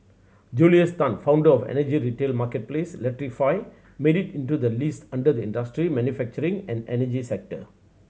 Julius Tan founder of energy retail marketplace Electrify made it into the list under the industry manufacturing and energy category